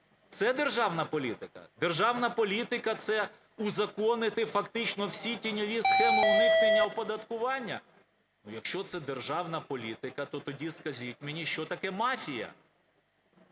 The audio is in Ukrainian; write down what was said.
це державна політика? Державна політика – це узаконити фактично всі тіньові схеми уникнення оподаткування? Якщо це державна політика, то тоді скажіть мені, що таке мафія.